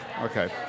Okay